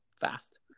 fast